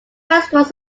restaurants